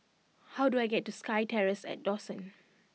how do I get to SkyTerrace at Dawson